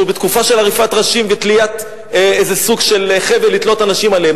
אנחנו בתקופה של עריפת ראשים ותליית איזה סוג של חבל לתלות אנשים עליו,